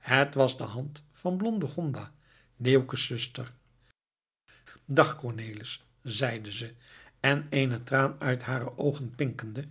het was de hand van blonde gonda leeuwke's zuster dag cornelis zeide ze en eenen traan uit hare oogen pinkende